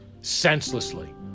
senselessly